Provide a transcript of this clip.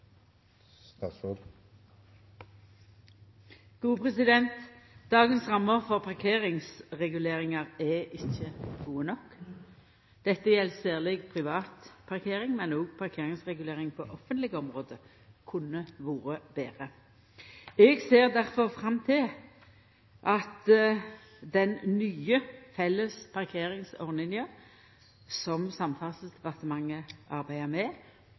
ikkje gode nok. Dette gjeld særleg privat parkering, men òg parkeringsregulering på offentlege område kunne vore betre. Eg ser difor fram til at den nye felles parkeringsordninga som Samferdselsdepartementet arbeider med,